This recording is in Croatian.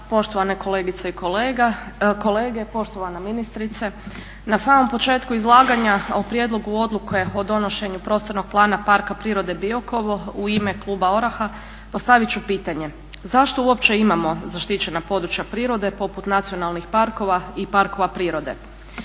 Poštovane kolegice i kolege, poštovana ministrice. Na samom početku izlaganja o Prijedlogu odluke o donošenju prostornog plana Parka prirode Biokovo u ime kluba ORaH-a postavit ću pitanje. Zašto uopće imamo zaštićena područja prirode poput nacionalnih parkova i parkova prirode?